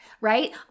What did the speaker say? right